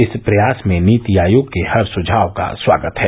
इस प्रयास में नीति आयोग के हर सुझाव का स्वागत है